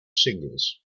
singles